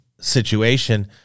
situation